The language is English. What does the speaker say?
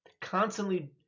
constantly